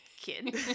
kid